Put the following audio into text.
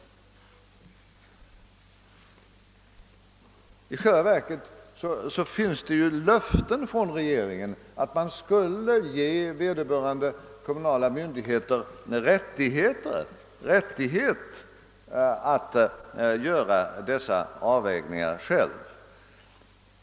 I själva verket har ju regeringen givit löften om att ge vederbörande kommunala myndigheter rätt att själva göra dessa avvägningar.